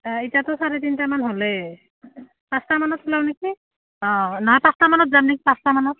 এতিয়াতো চাৰে তিনটামান হ'লেই পাঁচটামানত ওলাও নেকি অঁ নাই পাঁচটামানত যাম নেকি পাঁচটা মানত